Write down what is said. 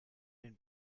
den